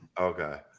Okay